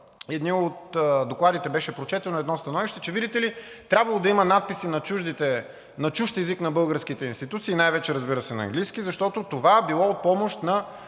едни от докладите беше прочетено едно становище, че, видите ли, трябвало да има надписи на чужд език на българските институции, най-вече, разбира се, на английски, защото това било от помощ на